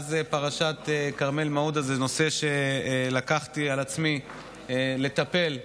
מאז פרשת מעודה, הוא נושא שלקחתי על עצמי לטפל בו.